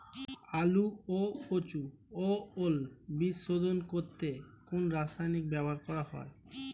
আলু ও কচু ও ওল বীজ শোধন করতে কোন রাসায়নিক ব্যবহার করা হয়?